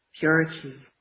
Purity